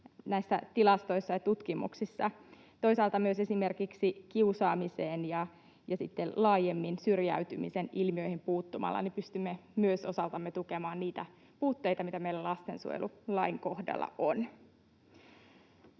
näissä tilastoissa ja tutkimuksissa. Toisaalta myös esimerkiksi kiusaamiseen ja sitten laajemmin syrjäytymisen ilmiöihin puuttumalla pystymme myös osaltamme tukemaan niitä puutteita, mitä meillä lastensuojelulain kohdalla on.